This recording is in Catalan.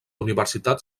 universitat